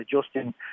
adjusting